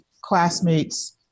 classmates